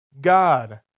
God